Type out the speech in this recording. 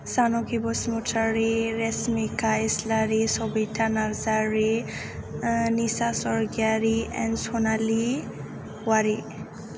Janaki Basumatary Resmika Islary Sabita Narzary Nisa Sargiary and Sanali Wary